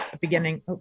beginning